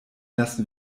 lassen